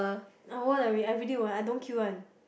I won't I really won't I don't queue one